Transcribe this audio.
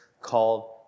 called